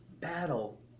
battle